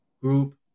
group